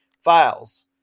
files